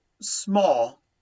small